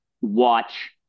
watch